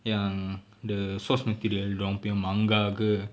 yang the source material dorang punya manga ke